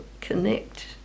connect